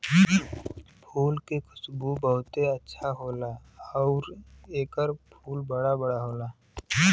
फूल के खुशबू बहुते अच्छा होला आउर एकर फूल बड़ा बड़ा होला